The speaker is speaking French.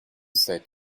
sept